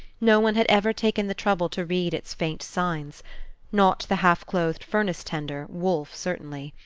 no one had ever taken the trouble to read its faint signs not the half-clothed furnace-tender, wolfe, certainly.